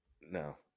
no